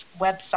website